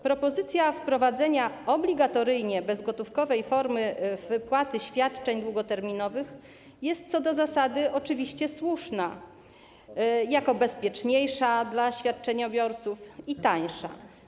Propozycja wprowadzenia obligatoryjności bezgotówkowej formy wypłaty świadczeń długoterminowych jest co do zasady oczywiście słuszna - jest bezpieczniejsza dla świadczeniobiorców i tańsza.